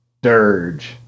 dirge